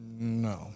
No